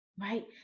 right